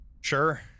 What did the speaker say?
Sure